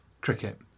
cricket